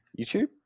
YouTube